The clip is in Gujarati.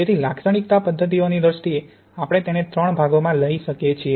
તેથી લાક્ષણિકતા પદ્ધતિઓની દ્રષ્ટિએ આપણે તેને ત્રણ ભાગોમાં લઈ શકીએ છીએ